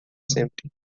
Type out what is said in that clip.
sempre